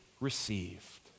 received